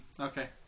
Okay